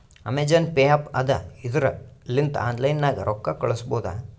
Amazon pay app ಅದಾ ಇದುರ್ ಲಿಂತ ಆನ್ಲೈನ್ ನಾಗೆ ರೊಕ್ಕಾ ಕಳುಸ್ಬೋದ